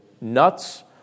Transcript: nuts